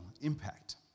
impact